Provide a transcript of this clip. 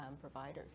providers